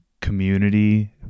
community